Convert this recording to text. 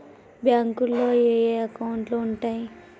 బ్యాంకులో ఏయే అకౌంట్లు ఉంటయ్?